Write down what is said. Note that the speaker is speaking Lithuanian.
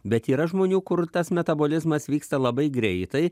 bet yra žmonių kur tas metabolizmas vyksta labai greitai